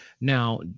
Now